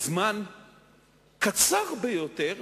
זמן קצר ביותר,